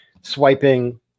swiping